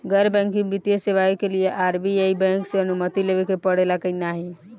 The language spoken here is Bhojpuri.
गैर बैंकिंग वित्तीय सेवाएं के लिए आर.बी.आई बैंक से अनुमती लेवे के पड़े ला की नाहीं?